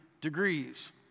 degrees